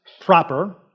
proper